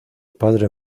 padre